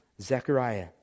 Zechariah